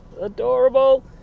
adorable